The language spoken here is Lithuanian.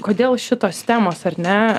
kodėl šitos temos ar ne